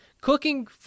cooking